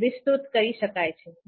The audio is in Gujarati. વિસ્તૃત કરી શકાય છે